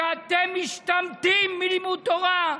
שאתם משתמטים מלימוד תורה,